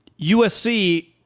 USC